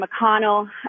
McConnell